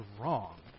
wrong